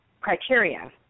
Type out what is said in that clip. criteria